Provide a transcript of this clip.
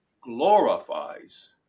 glorifies